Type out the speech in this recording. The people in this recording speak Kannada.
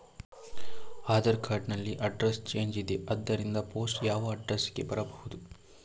ಆಧಾರ್ ಕಾರ್ಡ್ ನಲ್ಲಿ ಅಡ್ರೆಸ್ ಚೇಂಜ್ ಇದೆ ಆದ್ದರಿಂದ ಪೋಸ್ಟ್ ಯಾವ ಅಡ್ರೆಸ್ ಗೆ ಬರಬಹುದು?